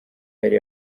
yari